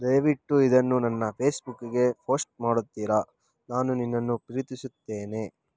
ದಯವಿಟ್ಟು ಇದನ್ನು ನನ್ನ ಫೇಸ್ಬುಕ್ಗೆ ಫೋಸ್ಟ್ ಮಾಡುತ್ತೀರಾ ನಾನು ನಿನ್ನನ್ನು ಪ್ರೀತಿಸುತ್ತೇನೆ